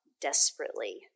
desperately